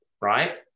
Right